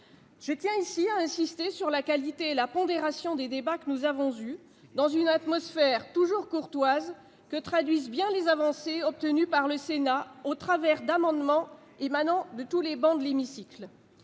Je tiens ici à insister sur la qualité et la pondération des débats que nous avons eus, dans une atmosphère toujours courtoise. Les avancées obtenues par le Sénat, au travers d'amendements émanant de toutes les travées de l'hémicycle,